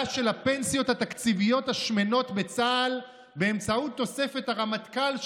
של הפנסיות התקציביות השמנות בצה"ל באמצעות תוספת הרמטכ"ל,